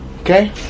Okay